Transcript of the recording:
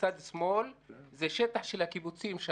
זה שטח של הקיבוצים,